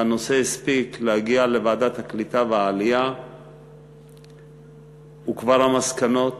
והנושא הספיק להגיע לוועדת העלייה והקליטה וכבר המסקנות